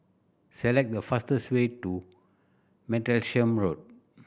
select the fastest way to Martlesham Road